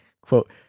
Quote